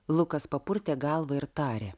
lukas papurtė galvą ir tarė